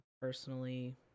personally